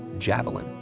javelin,